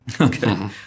Okay